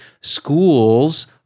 schools